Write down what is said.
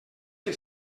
que